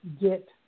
get